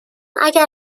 اگر